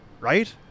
right